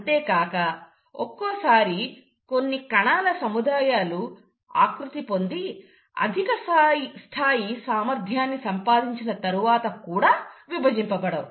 అంతేకాక ఒక్కోసారి కొన్ని కణాల సముదాయాలు ఆకృతి పొంది అధిక స్థాయి సామర్థ్యాన్ని సంపాదించిన తరువాత కూడా విభజింపబడవు